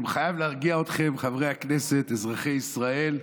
אני חייב להרגיע אתכם, חברי הכנסת, אזרחי ישראל,